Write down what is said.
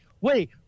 wait